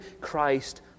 Christ